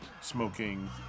smoking